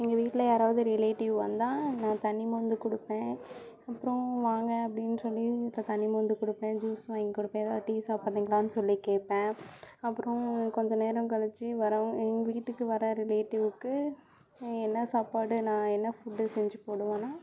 எங்கள் வீட்ல யாராவது ரிலேட்டிவ் வந்தால் நான் தண்ணி மொந்து கொடுப்பேன் அப்புறோம் வாங்க அப்படின்னு சொல்லி தண்ணி மொந்து கொடுப்பேன் ஜூஸ் வாங்கி கொடுப்பேன் ஏதாவது டீ சாப்பிடுறீங்களானு சொல்லி கேட்பேன் அப்புறோம் கொஞ்சம் நேரம் கழிச்சு வர எங்கள் வீட்டுக்கு வர ரிலேட்டிவுக்கு என்ன சாப்பாடு நான் என்ன ஃபுட்டு செஞ்சு போடுவன்னா